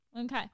Okay